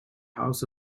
house